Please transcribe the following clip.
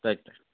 right అండి